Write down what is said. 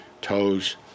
toes